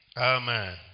Amen